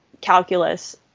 calculus